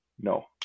No